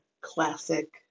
classic